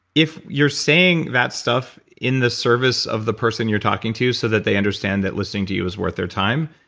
if you're saying that stuff in the service of the person you're talking to so that they understand that listening to you is worth their time,